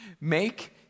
Make